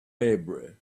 maybury